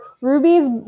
Ruby's